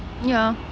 ya